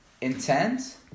intent